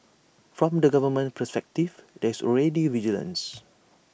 from the government's perspective there's already vigilance